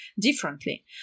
differently